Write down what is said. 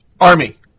Army